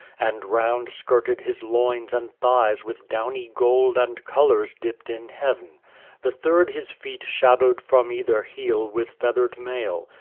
and round skirted his loins and thighs with downy gold and colours dipped in heav'n the third his feet shadowed from either heel with feathered mail,